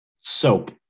Soap